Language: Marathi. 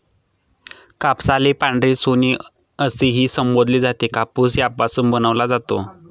कापसाला पांढरे सोने असेही संबोधले जाते, कापूस यापासून बनवला जातो